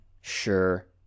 Sure